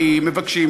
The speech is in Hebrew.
מבקשים,